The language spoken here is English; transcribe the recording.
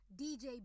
DJ